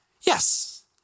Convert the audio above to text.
Yes